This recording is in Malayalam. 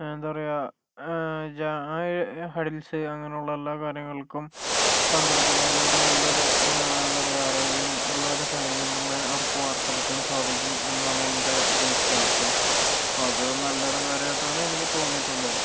എന്താ പറയുക ജാ ഹർഡിൽസ് അങ്ങനുള്ള എല്ലാ കാര്യങ്ങൾക്കും പങ്കെടുക്കുന്നതിലൂടെ നല്ലൊരു എന്താ പറയുക ആരോഗ്യം ഉള്ളൊരു ശരീരം തന്നെ അവർക്ക് വാർത്തെടുക്കാൻ സാധിക്കും എന്നാണ് എൻ്റെ ഒരു വിശ്വാസം അപ്പൊൾ അത് നല്ലൊരു കാര്യായിട്ടാണ് എനിക്ക് തോന്നിയിട്ടുള്ളത്